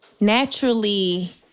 naturally